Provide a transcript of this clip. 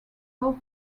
golf